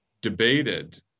debated